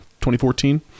2014